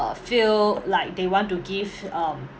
uh feel like they want to give um